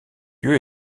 lieu